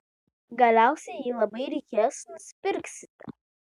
galiausiai jei labai reikės nusipirksite